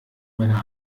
meine